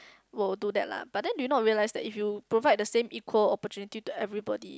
will do that lah but then do you not realize that if you provide the same equal opportunity to everybody